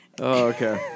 okay